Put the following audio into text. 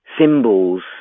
symbols